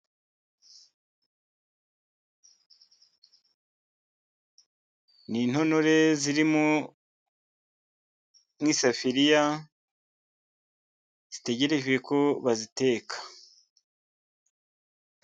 Ni intonore ziri mu isafuriya, zitegereje ko baziteka.